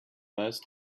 must